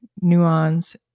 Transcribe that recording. nuance